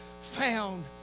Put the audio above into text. found